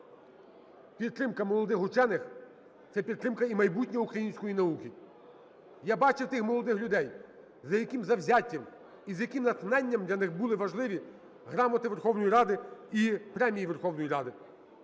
Підтримка молодих учених – це підтримка і майбутнього української науки. Я бачив тих молодих людей, з яким завзяттям і з яким натхненням для них були важливі грамоти Верховної Ради і премії Верховної Ради.